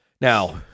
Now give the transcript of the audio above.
Now